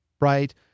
right